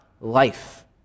life